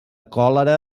còlera